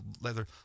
leather